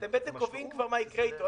אתם בעצם קובעים מה יקרה איתו.